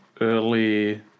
early